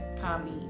comedy